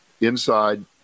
inside